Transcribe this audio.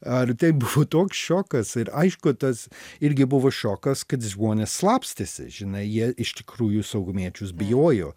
ar tai buvo toks šokas ir aišku tas irgi buvo šokas kad žmonės slapstėsi žinai jie iš tikrųjų saugumiečius bijojo